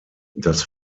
das